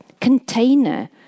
container